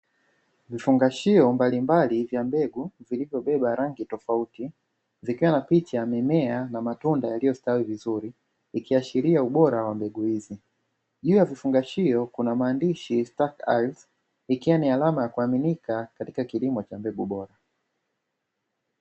Vifungashio mbalimbali vya mbegu vilivyobeba rangi tofauti zikiwa na picha, mimea na matunda yaliyostawi vizuri ikiashiria ubora wa mbegu hizi. Juu ya kifungashio kuna maandishi "start ardhi" ikiwa ni alama ya kuaminika katika kilimo cha mbegu bora.